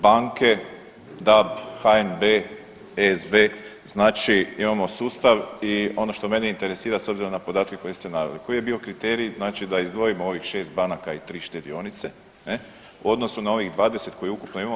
Banke, DAB, HNB, SB, znači imamo sustav i ono što mene interesira s obzirom na podatke koje ste naveli, koji je bio kriterij znači da izdvojimo ovih 6 banaka i 3 štedionice ne, u odnosu na ovih 20 koje ukupno imamo.